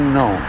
no